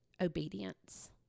obedience